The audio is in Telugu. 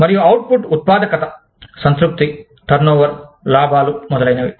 మరియు అవుట్పుట్ ఉత్పాదకత సంతృప్తి టర్నోవర్ లాభాలు మొదలైనవి